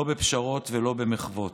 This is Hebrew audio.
לא בפשרות ולא במחוות.